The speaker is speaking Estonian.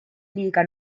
liiga